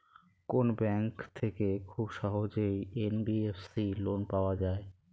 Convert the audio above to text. কোন ব্যাংক থেকে খুব সহজেই এন.বি.এফ.সি লোন পাওয়া যায়?